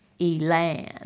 Elan